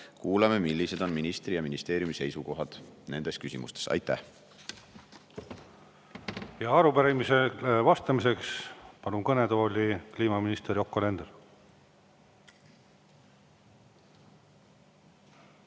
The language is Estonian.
kuulame, millised on ministri ja ministeeriumi seisukohad nendes küsimustes. Aitäh! Arupärimisele vastamiseks palun kõnetooli kliimaminister Yoko Alenderi.